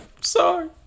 Sorry